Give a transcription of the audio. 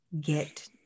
get